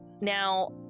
Now